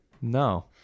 No